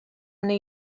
new